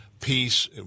Peace